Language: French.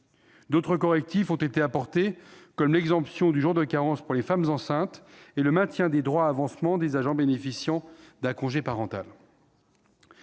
D'autres correctifs ont été apportés, comme l'exemption du jour de carence pour les femmes enceintes et le maintien des droits à avancement des agents bénéficiant d'un congé parental.